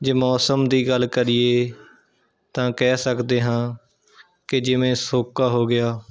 ਜੇ ਮੌਸਮ ਦੀ ਗੱਲ ਕਰੀਏ ਤਾਂ ਕਹਿ ਸਕਦੇ ਹਾਂ ਕਿ ਜਿਵੇਂ ਸੋਕਾ ਹੋ ਗਿਆ